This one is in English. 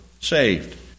saved